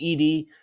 ED